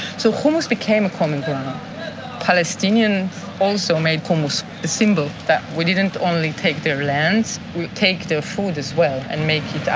so hummus became a common ground. palestinians also made hummus a symbol that we didn't only take their land, we take their food as well and make it